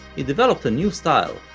he developed a new style,